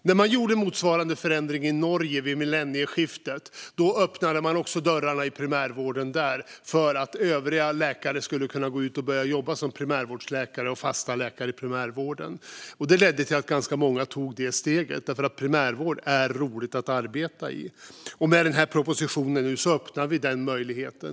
När man gjorde motsvarande förändring i Norge vid millennieskiftet öppnade man dörrarna i primärvården för att övriga läkare skulle kunna gå ut och börja jobba som primärvårdsläkare och fasta läkare i primärvården. Det ledde till att ganska många tog det steget, för det är roligt att arbeta i primärvården. Med den här propositionen öppnar vi den möjligheten.